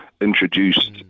Introduced